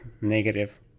negative